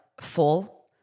full